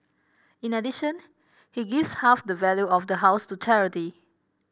in addition he gives half the value of the house to charity